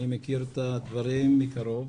אני מכיר את הדברים מקרוב.